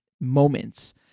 moments